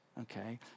Okay